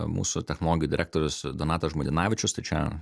mūsų technologijų direktorius donatas žmuidinavičius tai čia